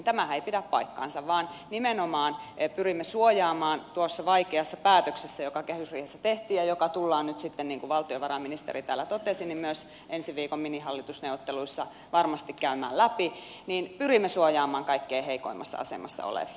tämähän ei pidä paikkaansa vaan tuossa vaikeassa päätöksessä joka kehysriihessä tehtiin ja joka tullaan nyt sitten niin kuin valtiovarainministeri täällä totesi myös ensi viikon minihallitusneuvotteluissa varmasti käymään läpi pyrimme suojaamaan nimenomaan kaikkein heikoimmassa asemassa olevia